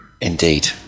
indeed